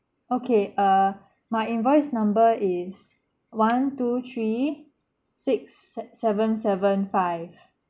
okay err my invoice number is one two three six se~ seven seven five